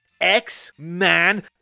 X-Man